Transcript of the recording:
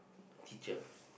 teacher